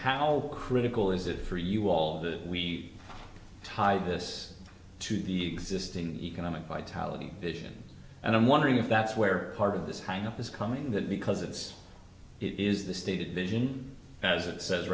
how critical is it for you all that we tie this to the existing economic vitality vision and i'm wondering if that's where part of this hang up is coming that because it's it is the stated vision as it says